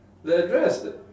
the address